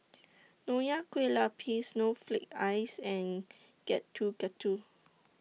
Nonya Kueh Lapis Snowflake Ice and Getuk Getuk